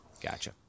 Gotcha